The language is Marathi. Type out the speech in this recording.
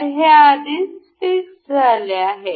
तर हे आधीच फिक्स झाले आहे